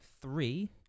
three